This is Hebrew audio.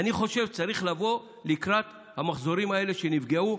אני חושב שצריך לבוא לקראת המחזורים האלה שנפגעו.